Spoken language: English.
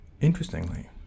Interestingly